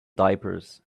diapers